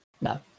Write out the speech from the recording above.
No